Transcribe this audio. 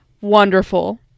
wonderful